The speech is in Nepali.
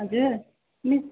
हजुर मिस